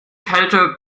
kälte